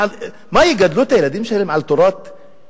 מה, יגדלו את הילדים שלהם על תורה פאשיסטית,